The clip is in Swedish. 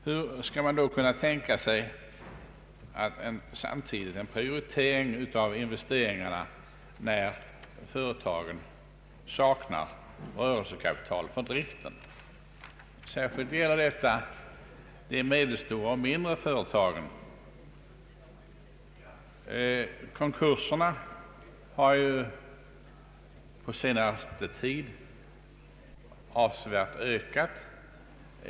Hur skall man då kunna tänka sig en prioritering av investeringarna samtidigt som företagen saknar rörelsekapital för driften? Särskilt gäller detta de medelstora och mindre företagen. Antalet konkurser har på senaste tid avsevärt ökat.